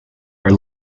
her